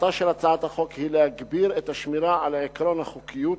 מטרתה של הצעת החוק היא להגביר את השמירה על עקרון החוקיות,